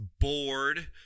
bored